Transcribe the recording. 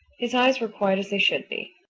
his eyes were quite as they should be.